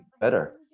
better